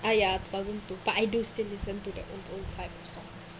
I ya doesn't but I do still listen to their own types